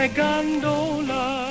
gondola